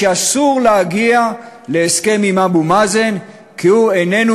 שאסור להגיע להסכם עם אבו מאזן כי הוא איננו